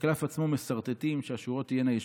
את הקלף עצמו מסרטטים שהשורות תהיינה ישירות.